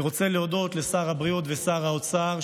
אני רוצה להודות לשר הבריאות ולשר האוצר,